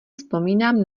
vzpomínám